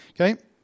Okay